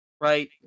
right